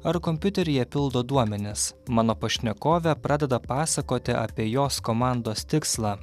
ar kompiuteryje pildo duomenis mano pašnekovė pradeda pasakoti apie jos komandos tikslą